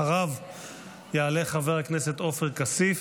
אחריו יעלה חבר הכנסת עופר כסיף,